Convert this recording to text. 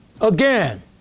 Again